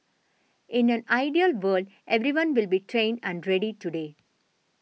in an ideal world everyone will be trained and ready today